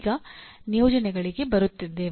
ಈಗ ನಿಯೋಜನೆಗಳಿಗೆ ಬರುತ್ತಿದ್ದೇವೆ